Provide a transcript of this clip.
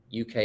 UK